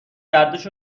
گردش